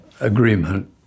agreement